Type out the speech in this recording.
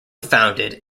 founded